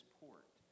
port